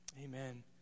amen